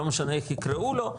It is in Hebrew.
לא משנה איך יקראו לו,